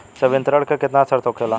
संवितरण के केतना शर्त होखेला?